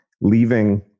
leaving